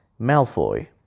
Malfoy